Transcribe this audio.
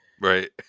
right